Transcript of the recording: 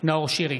נאור שירי,